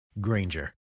Granger